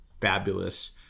fabulous